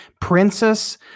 princess